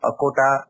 Akota